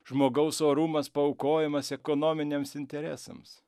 žmogaus orumas paaukojamas ekonominiams interesams